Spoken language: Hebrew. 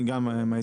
אני גם מההתאחדות.